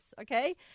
Okay